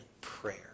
prayer